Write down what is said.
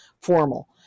formal